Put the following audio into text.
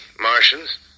Martians